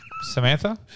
Samantha